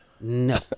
No